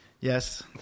yes